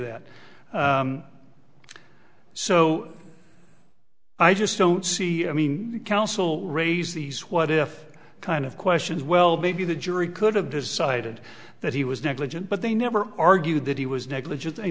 that so i just don't see i mean the council will raise these what if kind of questions well maybe the jury could have decided that he was negligent but they never argued that he was negligent they